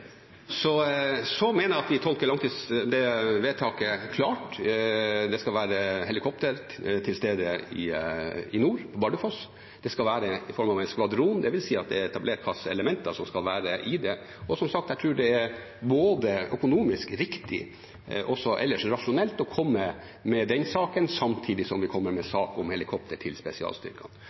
mener jeg at vi tolker det vedtaket klart. Det skal være helikopter til stede i nord, i Bardufoss. Det skal være i form av en skvadron. Det vil si at det er etablert hvilke elementer som skal være i det. Og, som sagt: Jeg tror det er både økonomisk riktig og også rasjonelt å komme med den saken samtidig som vi kommer med en sak om helikopter til spesialstyrkene.